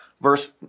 verse